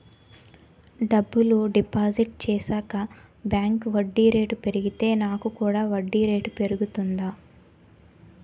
డబ్బులు డిపాజిట్ చేశాక బ్యాంక్ వడ్డీ రేటు పెరిగితే నాకు కూడా వడ్డీ రేటు పెరుగుతుందా?